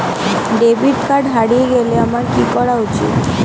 Debit card হারিয়ে গেলে আমার কি করা উচিৎ?